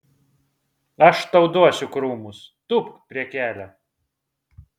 aš tau duosiu krūmus tūpk prie kelio